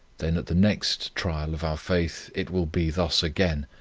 then at the next trial of our faith it will be thus again,